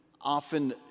often